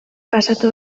pasatu